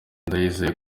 ndayizeye